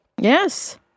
Yes